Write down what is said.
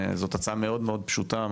זאת הצעה מאוד פשוטה,